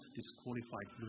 disqualified